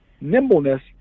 nimbleness